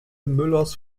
müllers